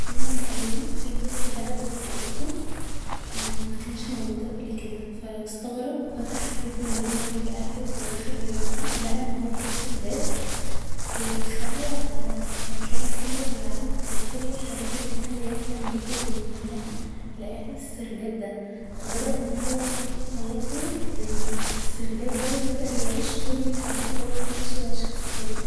في يوم من الأيام في طفل لقى باب في اوضته مكنش موجود قبل كده ف استغرب و فتح الباب من غير ما يقول لاهله و دخل الباب ده لقى ان هو في سرداب بيدخله على مكان كله ألعاب و كل الحاجات اللي كان بيحلم بيها و بيتمناها لقاها في السرداب ده ف بدأ ان هو ينقل حياته للسرداب ده و يبدأ يعيش كل الحاجات اللي هو كان نفسه يعيشها في طفولته